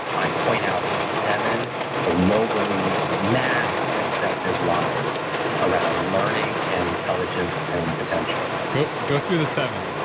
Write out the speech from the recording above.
i point out seven globally, mass accepted lies around learning and intelligence and potential go go through the seven.